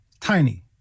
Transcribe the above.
Tiny